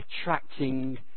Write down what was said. attracting